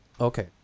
Okay